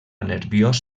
nerviós